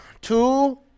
Two